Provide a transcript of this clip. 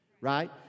right